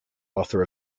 author